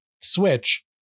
switch